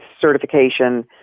certification